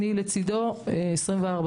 אני לצידו וזמינה עבורו,